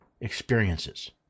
Experiences